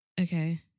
Okay